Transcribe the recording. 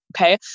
Okay